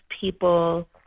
people